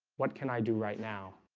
what can i do right now?